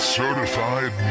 certified